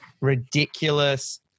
ridiculous